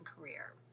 career